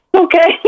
Okay